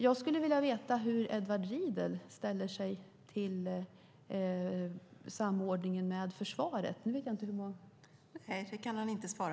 Jag skulle vilja veta hur Edward Riedl ställer sig till samordningen med försvaret. Nu vet jag inte om han kan svara.